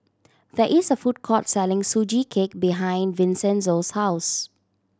there is a food court selling Sugee Cake behind Vincenzo's house